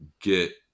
get